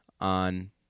on